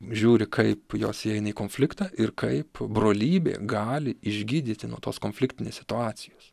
žiūri kaip jos įeina į konfliktą ir kaip brolybė gali išgydyti nuo tos konfliktinės situacijos